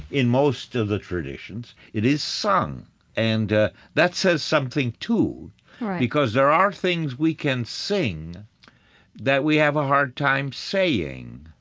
in most of the traditions, it is sung and, ah, that says something too because there are things we can sing that we have a hard time saying.